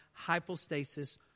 Hypostasis